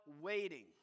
waiting